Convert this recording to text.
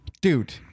Dude